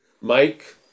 Mike